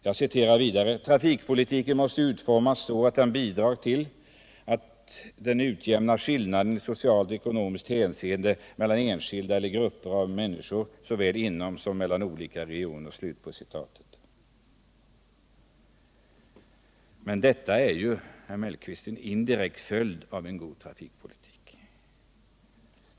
Jag citerar vidare: ”Trafikpolitiken måste utformas så att den bidrar till att utjämna skillnader i socialt och ekonomiskt hänseende mellan enskilda eller grupper av människor såväl inom som mellan olika regioner.” Men detta är ju, herr Mellqvist, en indirekt följd av en god trafikpolitik.